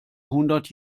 hundert